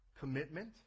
Commitment